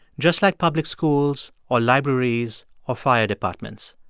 just like public schools or libraries or fire departments.